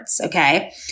okay